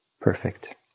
perfect